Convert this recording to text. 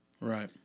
Right